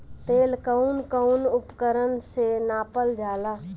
तेल कउन कउन उपकरण से नापल जाला?